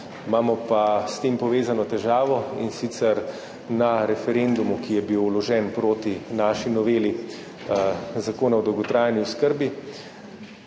Imamo pa s tem povezano težavo, in sicer zaradi referenduma, ki je bil vložen proti naši noveli Zakona o dolgotrajni oskrbi,